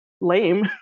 lame